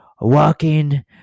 walking